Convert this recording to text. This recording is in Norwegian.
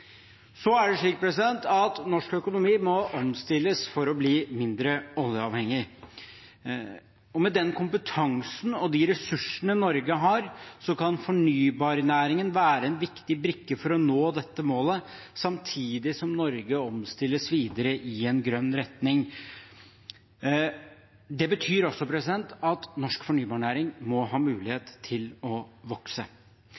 Så er det slik at norsk økonomi må omstilles for å bli mindre oljeavhengig, og med den kompetansen og de ressursene Norge har, kan fornybarnæringen være en viktig brikke for å nå dette målet, samtidig som Norge omstilles videre i en grønn retning. Det betyr også at norsk fornybarnæring må ha